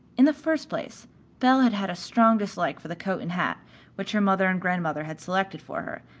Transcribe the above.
in the first place belle had had a strong dislike for the coat and hat which her mother and grandmother had selected for her,